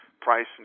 price